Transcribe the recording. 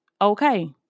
Okay